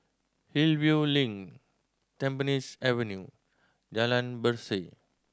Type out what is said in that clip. Hillview Link Tampines Avenue Jalan Berseh